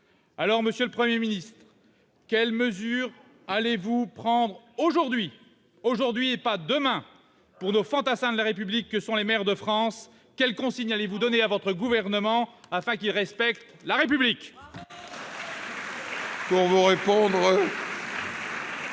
Alors, monsieur le Premier ministre, quelles mesures allez-vous prendre aujourd'hui- aujourd'hui et pas demain -pour nos fantassins de la République que sont les maires de France ? Quelles consignes allez-vous donner à votre gouvernement afin qu'il respecte la République ? La parole